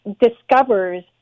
discovers